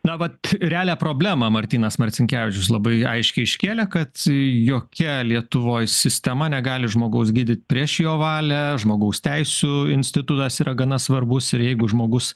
na vat realią problemą martynas marcinkevičius labai aiškiai iškėlė kad jokia lietuvoj sistema negali žmogaus gydyt prieš jo valią žmogaus teisių institutas yra gana svarbus ir jeigu žmogus